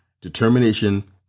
determination